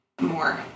more